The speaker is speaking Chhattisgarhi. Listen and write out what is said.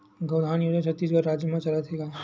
गौधन योजना छत्तीसगढ़ राज्य मा चलथे का?